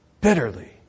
bitterly